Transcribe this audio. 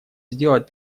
сделать